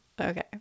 Okay